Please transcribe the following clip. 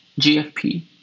GFP